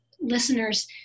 listeners